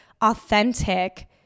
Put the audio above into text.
authentic